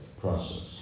Process